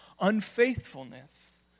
unfaithfulness